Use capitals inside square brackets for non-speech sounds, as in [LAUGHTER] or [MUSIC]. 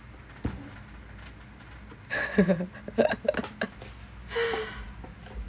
[LAUGHS]